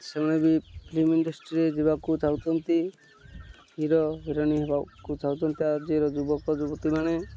ସେମାନେ ବି ଫିଲ୍ମ ଇଣ୍ଡଷ୍ଟ୍ରିରେ ଯିବାକୁ ଚାହୁଁଛନ୍ତି ହିରୋ ହିରୋଇନ୍ ହେବାକୁ ଚାହୁଁଛନ୍ତି ଆଜିର ଯୁବକ ଯୁବତୀମାନେେ